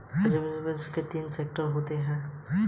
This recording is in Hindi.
अग्रीबिज़नेस में मुख्य तीन सेक्टर होते है